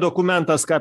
dokumentas ką